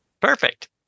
Perfect